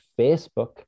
Facebook